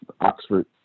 Oxford